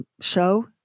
show